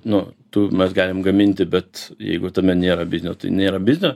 nu tu mes galim gaminti bet jeigu tame nėra biznio tai nėra biznio